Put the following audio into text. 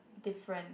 different